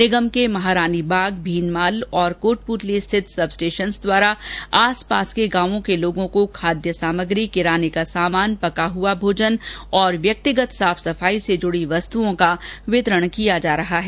निगम के महारानी बाग भीनमाल और कोटपुतली स्थित सब स्टेशनों द्वारा आस पास के गांवों के लोगों को खाद्य सामग्री किराने का सामान पका हुआ भोजन और व्यक्तिगत साफ सफाई से जुड़ी वस्तुओं का वितरण किया जा रहा है